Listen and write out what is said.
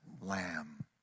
lamb